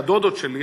שהדודות שלי,